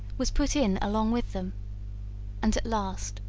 was put in along with them and, at last,